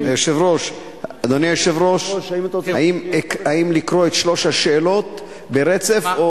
אדוני היושב-ראש, האם לקרוא את שלוש השאלות ברצף?